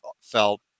felt